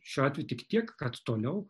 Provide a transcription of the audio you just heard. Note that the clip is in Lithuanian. šiuo atveju tik tiek kad toliau